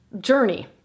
journey